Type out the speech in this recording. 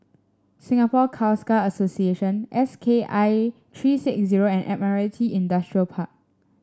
Singapore Khalsa Association S K I three six zero and Admiralty Industrial Park